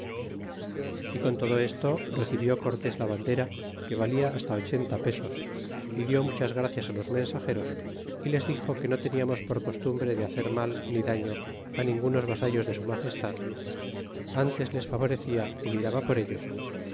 y con todo eso recibió cortés la bandera que valia hasta ochenta pesos y di muchas gracias á los mensageros y les dixo que no tenian por costumbre de hacer mal ni daño á ningunos vasallos de su magestad antesles favorecia y miraba por ellos